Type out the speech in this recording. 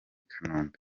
kanombe